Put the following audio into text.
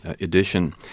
Edition